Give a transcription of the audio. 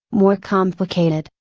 more complicated,